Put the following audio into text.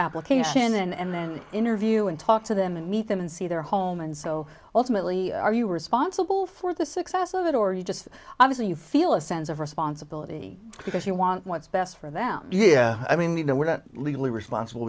application and then interview and talk to them and meet them and see their home and so ultimately are you were sponsible for the success of it or you just obviously you feel a sense of responsibility because you want what's best for them yeah i mean you know we're not legally responsible